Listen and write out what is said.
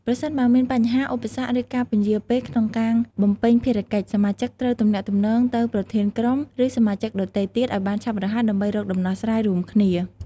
ប្រសិនបើមានបញ្ហា ឧបសគ្គ ឬការពន្យារពេលក្នុងការបំពេញភារកិច្ច សមាជិកត្រូវទំនាក់ទំនងទៅប្រធានក្រុម ឬសមាជិកដទៃទៀតឱ្យបានឆាប់រហ័ស ដើម្បីរកដំណោះស្រាយរួមគ្នា។